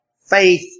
faith